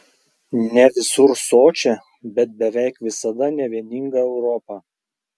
ne visur sočią bet beveik visada nevieningą europą